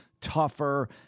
tougher